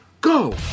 go